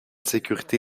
sécurité